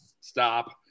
stop